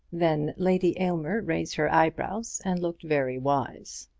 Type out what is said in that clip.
then lady aylmer raised her eyebrows and looked very wise.